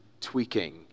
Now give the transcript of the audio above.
tweaking